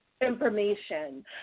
information